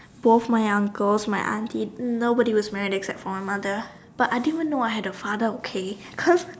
both my uncles my aunties nobody was married except for my mother but I didn't even know I had a father okay cause